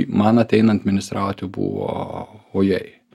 man ateinant ministrauti buvo ojej